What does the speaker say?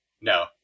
no